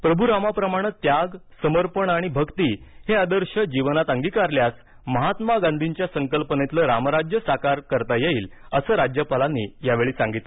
प्रभू रामाप्रमाणे त्याग समर्पण आणि भक्ती हे आदर्श जीवनात अंगीकारल्यास महात्मा गांधींच्या संकल्पनेतील रामराज्य साकार करता येईल असं राज्यपालांनी यावेळी सांगितलं